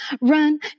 Run